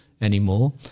anymore